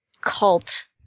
cult